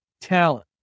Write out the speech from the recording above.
Talent